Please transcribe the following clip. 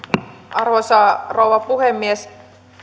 arvoisa rouva puhemies